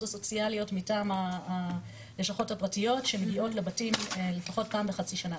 הסוציאליות מטעם הלשכות הפרטיות שמגיעות לבתים לפחות פעם בחצי שנה,